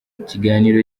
ikiganiro